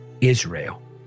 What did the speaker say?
Israel